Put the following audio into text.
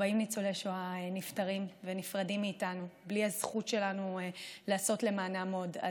40 ניצולי שואה נפטרים ונפרדים מאיתנו בלי הזכות שלנו לעשות למענם עוד.